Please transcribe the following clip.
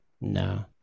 No